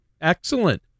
Excellent